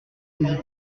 hésiter